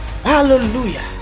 Hallelujah